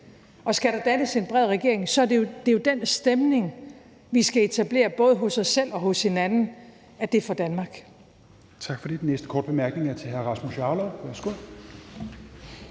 Skal der dannes en bred regering, er det jo den stemning, vi skal etablere, både hos os selv og hos hinanden, nemlig at det er for Danmarks